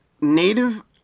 native